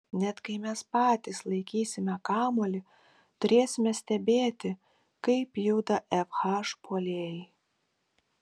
net kai mes patys laikysime kamuolį turėsime stebėti kaip juda fh puolėjai